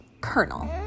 colonel